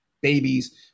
babies